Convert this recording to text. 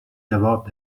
جواب